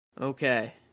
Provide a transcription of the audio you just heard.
okay